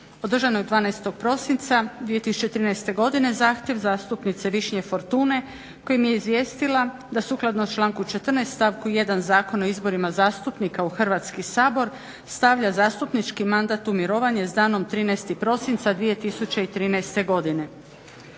održanoj 12.prosinca 2013.godine zahtjev zastupnice Višnje Fortune kojim je izvijestila da sukladno članku 14.stavku 1. Zakona o izborima zastupnika u Hrvatski sabor stavlja zastupnički mandat u mirovanje s danom 13.prosinca 2013.godine.